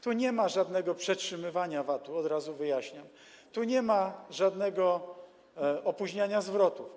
Tu nie ma żadnego przetrzymywania VAT-u - od razu wyjaśniam - tu nie ma żadnego opóźniania zwrotów.